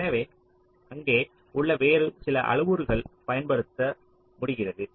எனவே அங்கே உள்ள வேறு சில அளவுருக்கள் பயன்படுத்த முடிகிறது